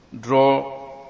draw